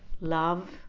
love